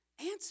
answer